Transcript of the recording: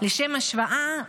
לשם השוואה,